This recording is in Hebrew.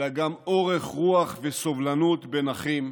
אלא גם אורך רוח וסובלנות בין אחים,